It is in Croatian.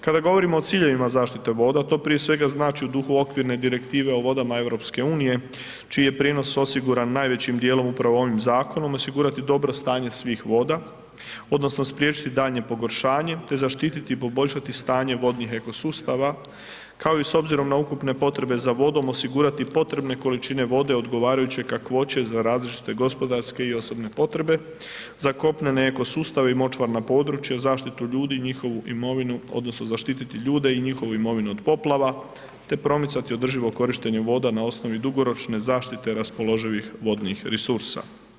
Kada govorimo o ciljevima zaštite voda to prije svega znači u duhu okvirne direktive o vodama EU čiji je prijenos osiguran najvećim dijelom upravo ovim Zakonom osigurati dobro stanje svih voda odnosno spriječiti daljnje pogoršanje, te zaštititi i poboljšati stanje vodnih ekosustava kao i s obzirom na ukupne potrebe za vodom, osigurati potrebne količine vode odgovarajuće kakvoće za različite gospodarske i osobne potrebe, za kopnene ekosustave i močvarna područja, zaštitu ljudi i njihovu imovinu odnosno zaštititi ljude i njihovu imovinu od poplava, te promicati održivo korištenje voda na osnovi dugoročne zaštite raspoloživih vodnih resursa.